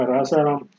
Rasaram